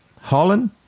Holland